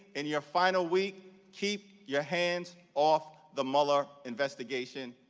in your final week, keep your hands off the mueller investigation.